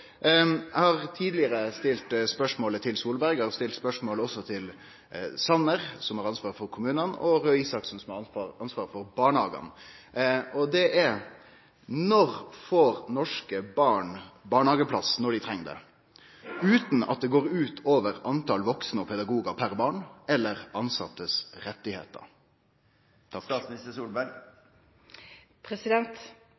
Eg har tidlegare stilt spørsmålet til Solberg, eg har stilt det til Sanner, som har ansvaret for kommunane, og til Røe Isaksen, som har ansvaret for barnehagane – og det er: Når får norske barn barnehageplass når dei treng det, utan at det går ut over talet på vaksne og pedagogar per barn eller